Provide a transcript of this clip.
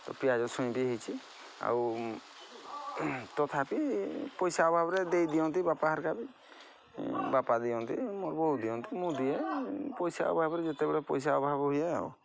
ତ ପିଆଜ ଛୁଇଁ ବି ହୋଇଛି ଆଉ ତଥାପି ପଇସା ଅଭାବରେ ଦେଇଦିଅନ୍ତି ବାପା ହରିକା ବାପା ଦିଅନ୍ତି ମୋର ବୋଉ ଦିଅନ୍ତି ମୁଁ ଦିଏ ପଇସା ଅଭାବରେ ଯେତେବେଳେ ପଇସା ଅଭାବ ହୁଏ ଆଉ